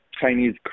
Chinese